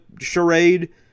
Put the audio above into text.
charade